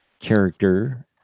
character